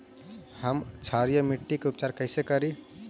हम क्षारीय मिट्टी के उपचार कैसे करी?